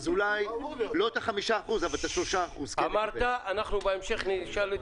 אז אולי לא את ה-5% אבל את ה-3% --- אנחנו בהמשך נשאל.